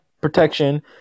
protection